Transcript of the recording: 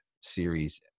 series